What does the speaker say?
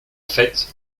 fait